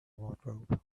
wardrobe